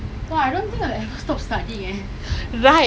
honestly theory is the problem but I think I'll do well lah on driving